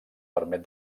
permet